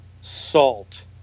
Salt